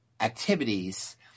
activities